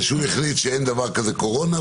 שהוא החליט שאין דבר כזה קורונה,